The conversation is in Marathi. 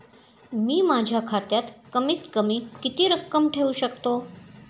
मी माझ्या खात्यात कमीत कमी किती रक्कम ठेऊ शकतो?